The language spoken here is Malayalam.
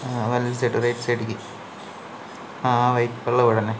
ആ വലത്ത് സൈഡ് റൈറ്റ് സൈഡിലേക്ക് ആ വൈറ്റ് കളർ വീട് തന്നെ